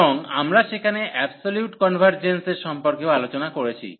এবং আমরা সেখানে অ্যাবসোলিউট কনভার্জেন্স এর সম্পর্কেও আলোচনা করেছি